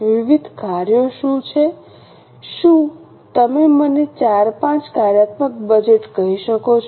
વિવિધ કાર્યો શું છે શું તમે મને 4 5 કાર્યાત્મક બજેટ કહી શકો છો